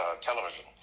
television